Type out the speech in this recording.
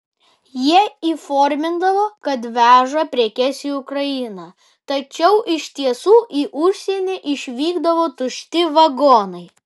jie įformindavo kad veža prekes į ukrainą tačiau iš tiesų į užsienį išvykdavo tušti vagonai